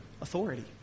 Authority